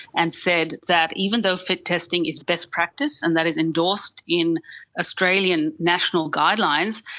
and said that even though fit testing is best practice and that is endorsed in australian national guidelines,